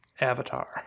Avatar